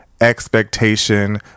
expectation